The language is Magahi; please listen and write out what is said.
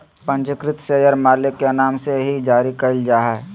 पंजीकृत शेयर मालिक के नाम से ही जारी क़इल जा हइ